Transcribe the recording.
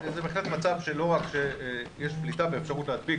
וזה בהחלט מצב שלא רק שיש פליטה ואפשרות להדביק,